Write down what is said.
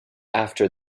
after